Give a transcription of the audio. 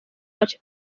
gace